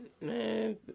man